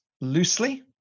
loosely